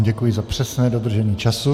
Děkuji vám za přesné dodržení času.